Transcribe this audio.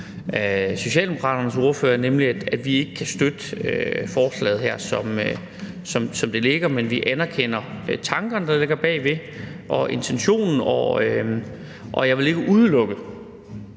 Socialdemokraternes ordfører, nemlig at vi ikke kan støtte forslaget, som det foreligger. Men vi anerkender de tanker og intentioner, der ligger bagved, og jeg vil ikke udelukke,